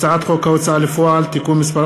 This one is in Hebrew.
הצעת חוק ההוצאה לפועל (תיקון מס'